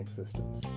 systems